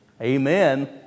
Amen